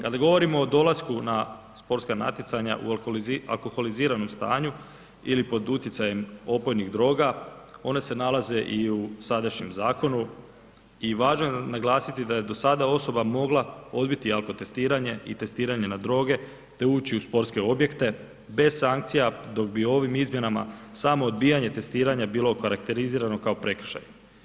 Kada govorimo o dolasku na sportska natjecanja u alkoholiziranom stanju ili pod utjecajem opojnih droga one se nalaze i u sadašnjem zakonu i važno je naglasiti da je do sada osoba mogla odbiti alkotestiranje i testiranje na droge te ući u sportske objekte bez sankcija dok bi ovim izmjenama samo odbijanje testiranja bilo okarakterizirano kao prekršaj.